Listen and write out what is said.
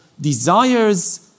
desires